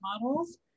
models